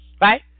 Right